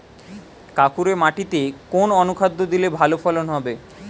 কাঁকুরে মাটিতে কোন অনুখাদ্য দিলে ভালো ফলন হবে?